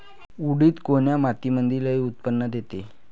उडीद कोन्या मातीमंदी लई उत्पन्न देते?